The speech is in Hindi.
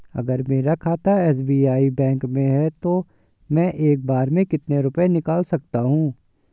अगर मेरा खाता एस.बी.आई बैंक में है तो मैं एक बार में कितने रुपए निकाल सकता हूँ?